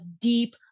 deep